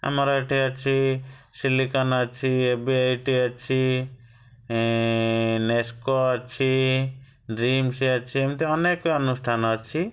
ଆମର ଏଇଠି ଅଛି ସିଲିକନ୍ ଅଛି ଏବେ ଏଇଠି ଅଛି ନେସ୍କୋ ଅଛି ଡ୍ରିମସ୍ ଅଛି ଏମିତି ଅନେକ ଅନୁଷ୍ଠାନ ଅଛି